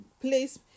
place